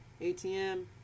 ATM